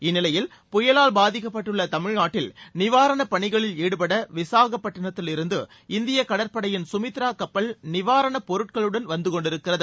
இந்நிலையில் புயலால் பாதிக்கப்பட்டுள்ள தமிழ்நாட்டில் நிவாரணப் பணிகளில் ஈடுபட விசாகப்பட்டினத்தில் இருந்து இந்திய கடற்படையின் சுமித்ரா கப்பல் நிவராணப் பொருட்களுடன் வந்து கொண்டிருக்கிறது